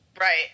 Right